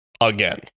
again